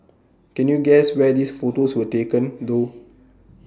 can you guess where these photos were taken though